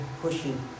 pushing